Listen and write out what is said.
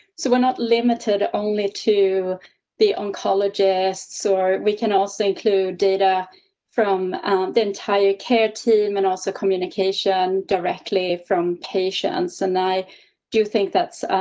so, we're not limited only to the oncologists, or we can also include data from the entire care team, and also communication directly from patients and i do think that's,